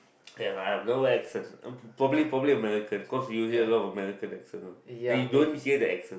I have no accent probably probably American cause we hear a lot of American accent uh and you don't hear the accent